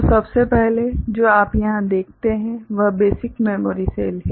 तो सबसे पहले जो आप यहां देखते हैं वह बेसिक मेमोरी सेल है